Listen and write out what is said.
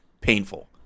painful